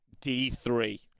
D3